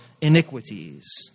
iniquities